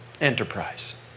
enterprise